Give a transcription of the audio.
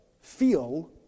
feel